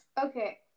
Okay